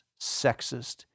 sexist